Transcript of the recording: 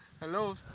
Hello